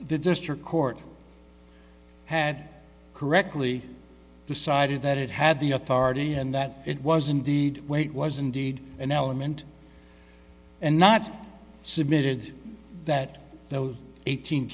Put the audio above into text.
the district court had correctly decided that it had the authority and that it was indeed wait was indeed an element and not submitted that those eighteen